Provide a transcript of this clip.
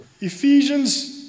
Ephesians